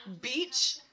beach